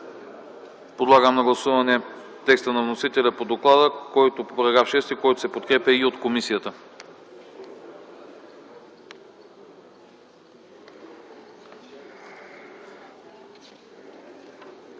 Подлагам на гласуване текста на вносителя по доклада на § 6, който се подкрепя и от комисията.